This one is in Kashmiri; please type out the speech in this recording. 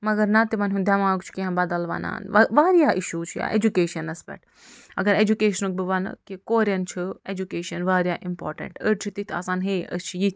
مَگر نَہ تِمَن ہنٛد دیٚماغ چھُ کیٚنٛہہ بدل وَنان واریاہ اِشوٗز چھِ یا ایٚجوکیشَنس پٮ۪ٹھ اَگر ایٚجوکیشنُک بہٕ وَنہٕ کہِ کوریٚن چھِ ایٚجوکیشَن واریاہ اِمپارٹیٚنٛٹ أڈۍ چھِ تِتھۍ آسان ہے أسۍ چھِ یِتھۍ